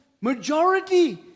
majority